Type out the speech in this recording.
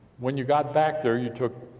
when you got back there, you took,